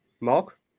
Mark